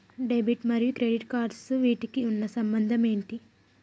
Debit మరియు credit cards వీటికి ఉన్న సంబంధం ఏంటి?